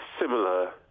similar